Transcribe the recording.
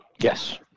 Yes